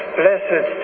blessed